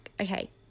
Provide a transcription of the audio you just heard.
Okay